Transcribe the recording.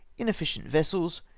inefficient vessels,